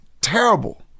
terrible